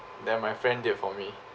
then my friend did for me